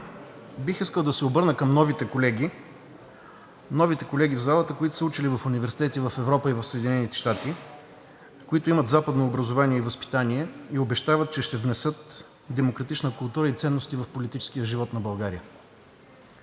Бих искал да се обърна към новите колеги – новите колеги в залата, които са учили в университети в Европа и в Съединените щати, които имат западно образование и възпитание и обещават, че ще внесат демократична култура и ценности в политическия живот на България.